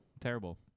Terrible